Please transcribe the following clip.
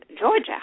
Georgia